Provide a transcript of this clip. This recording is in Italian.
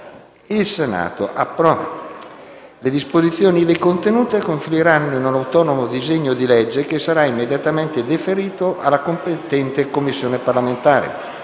all'articolo 3, le disposizioni ivi contenute confluiranno in un autonomo disegno di legge, che sarà immediatamente deferito alla competente Commissione parlamentare.